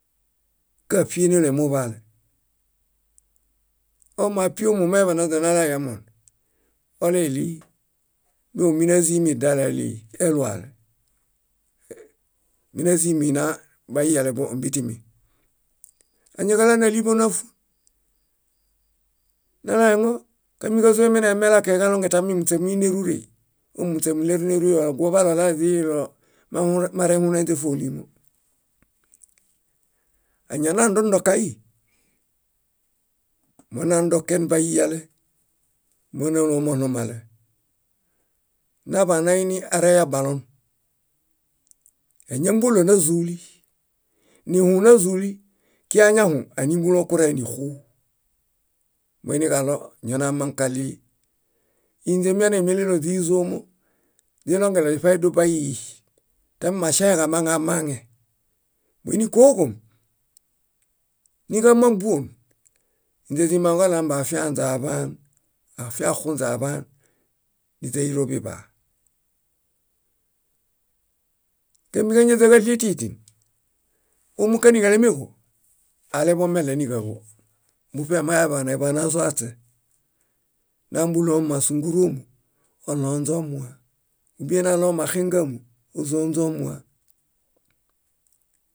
. Káṗienole muḃaale. Omapi ómu mañaḃanaźanaɭale yamon oleiɭii móminazimi dale elii eluale, mínazimi baiyale ómbitimi. Áñaġalanaliḃeonafu. Naɭale ŋõ kámiġazo mienelemelake kaɭongen muśemuini nérurei? Ómu muśemuɭeru nérurei. Oguoḃale oɭale źiniɭomarehunainźe fóliimo. Añanandundokai: monandoken baiyale, mónalom oɭumale, naḃanainiareyabalon. Áñambolonazuli, nihũ názuli, kiañahũ ánimbulõ kuorale níxuu. moiniġaɭo ñonamãkaɭii ínźemianemeɭelo źízoomo źiɭongeɭoźiṗanidubaihi tamimaŝaẽkamaŋamaŋe. Muini kóoġom, níġamãbuom, ínźe źimaŋuġaɭo ambafianźe aḃaan, afiaoxunźe aḃaan níźairo biḃaa. Kamiġañaźa káɭietitin, ómukaniġalemeġo, alebomeɭew níġaġo. Muṗemañaḃaneḃaan názoaśe nambuɭo ámasunguruomu oɭonźeomua ubiẽ ámaxingaomu ózonźe omua.